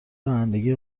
رانندگی